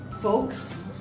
folks